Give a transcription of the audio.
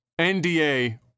NDA